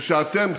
ושאתם,